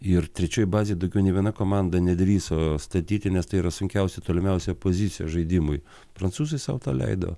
ir trečioj bazėj daugiau nė viena komanda nedrįso statyti nes tai yra sunkiausia tolimiausia pozicija žaidimui prancūzai sau tą leido